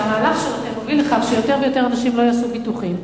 המהלך שלכם מוביל לכך שיותר ויותר אנשים לא יעשו ביטוחים,